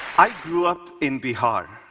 i grew up in bihar,